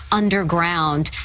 underground